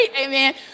Amen